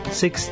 six